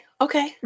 Okay